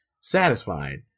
satisfied